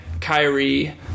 Kyrie